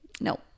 No